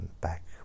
back